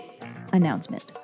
announcement